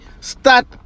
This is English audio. start